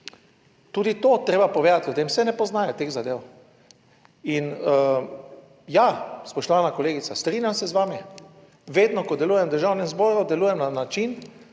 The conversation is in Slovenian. Tudi to je treba povedati ljudem, saj ne poznajo teh zadev. In ja, spoštovana kolegica, strinjam se z vami, vedno ko delujem v Državnem zboru, delujem na način